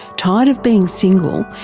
tired of being single,